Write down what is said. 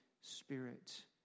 spirit